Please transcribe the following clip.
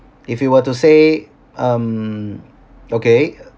if you were to say um okay